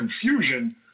confusion—